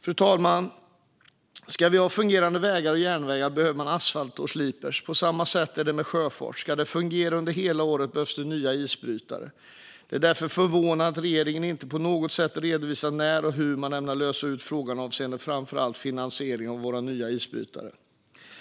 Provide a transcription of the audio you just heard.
Fru talman! Ska vi ha fungerande vägar och järnvägar behövs asfalt och slipers. På samma sätt behöver sjöfarten nya isbrytare om den ska fungera under hela året. Det är därför förvånande att regeringen inte på något sätt redovisar när eller hur man ämnar lösa ut frågan avseende framför allt finansieringen av våra nya isbrytare.